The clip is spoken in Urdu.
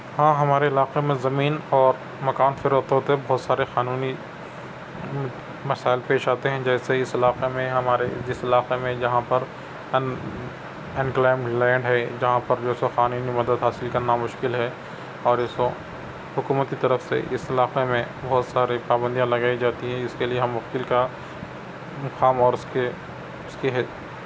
ہاں ہمارے علاقے میں زمین اور مکان فروخت ہوتے ہیں بہت سارے قانونی مسائل پیش آتے ہیں جیسے اس علاقے میں ہمارے جس علاقے میں یہاں پر ان انکلیمڈ لینڈ ہے جہاں پر جو ہے سو قانونی مدد حاصل کرنا مشکل ہے اور جو ہے سو حکومت کی طرف سے اس علاقے میں بہت ساری پابندیاں لگائی جاتی ہیں اس کے لیے ہم مؤکل کا مقام اور اس کے اس کے ہے